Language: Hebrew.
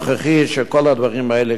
שכל הדברים האלה כלולים בו,